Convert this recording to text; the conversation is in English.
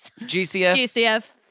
GCF